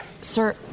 Sir